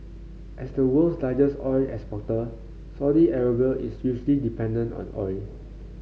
as the world's largest oil exporter Saudi Arabia is hugely dependent on oil